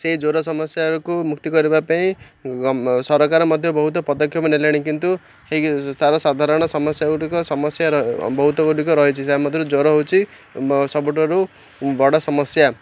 ସେଇ ଜ୍ୱର ସମସ୍ୟାକୁ ମୁକ୍ତି କରିବା ପାଇଁ ସରକାର ମଧ୍ୟ ବହୁତ ପଦକ୍ଷେପ ନେଲେଣି କିନ୍ତୁ ତାର ସାଧାରଣ ସମସ୍ୟା ଗୁଡ଼ିକ ସମସ୍ୟା ବହୁତ ଗୁଡ଼ିକ ରହିଛି ତା' ମଧ୍ୟରୁ ଜ୍ୱର ହେଉଛି ସବୁଠାରୁ ବଡ଼ ସମସ୍ୟା